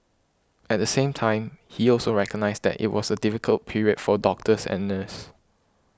at the same time he also recognised that it was a difficult period for doctors and nurses